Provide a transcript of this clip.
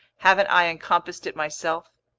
haven't i encompassed it myself?